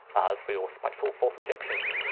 as for your spightfull false obiections,